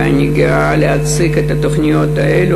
ואני הייתי גאה להציג את התוכניות האלה,